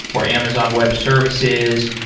or amazon web services,